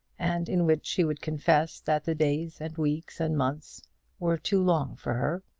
and in which she would confess that the days and weeks and months were too long for her.